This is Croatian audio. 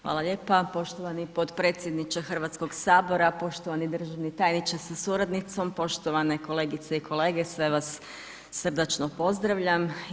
Hvala lijepo, poštovani potpredsjedniče Hrvatskog sabora, poštovani držani tajniče sa suradnicima, poštovane kolegice i kolege sve vas srdačno pozdravljam.